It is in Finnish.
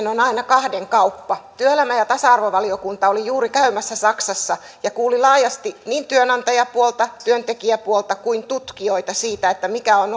on aina kahden kauppa työelämä ja tasa arvovaliokunta oli juuri käymässä saksassa ja kuuli laajasti niin työnantajapuolta työntekijäpuolta kuin myös tutkijoita siitä mikä on